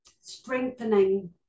strengthening